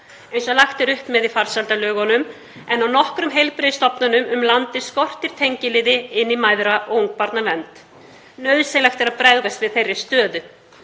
eins og lagt er upp með í farsældarlögunum, en á nokkrum heilbrigðisstofnunum um landið skortir tengiliði inn í mæðra- og ungbarnavernd. Nauðsynlegt er að bregðast við þeirri stöðu.